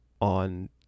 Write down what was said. on